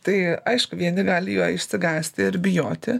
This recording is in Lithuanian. tai aišku vieni gali jo išsigąsti ir bijoti